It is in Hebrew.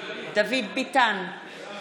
בעד דוד ביטן, בעד רם בן ברק,